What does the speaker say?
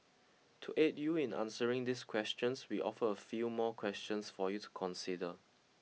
to aid you in answering this question we offer a few more questions for you to consider